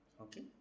Okay